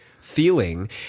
feeling